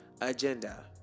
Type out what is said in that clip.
Agenda